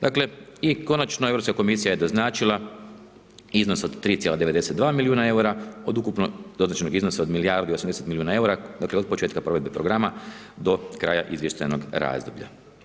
Dakle, i konačno Europska komisija je doznačila iznos od 3,92 milijuna EUR-a od ukupno, do određenog iznosa od milijardu i 80 milijuna EUR-a, dakle, od početka provedbe programa do kraja izvještajnog razdoblja.